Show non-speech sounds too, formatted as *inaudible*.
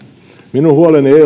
minun huoleni ei *unintelligible*